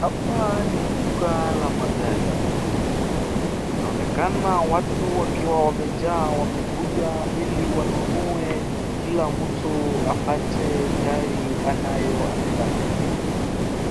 Hapa ni duka la magari, inaonekana watu wakiwa wamejaa wamekuja ili wanunue. Kila mtu apate gari anayo anataka,